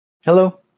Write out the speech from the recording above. Hello